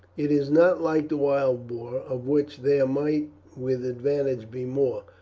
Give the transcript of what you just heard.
it is not like the wild boar, of which there might with advantage be more,